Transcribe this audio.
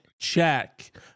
Check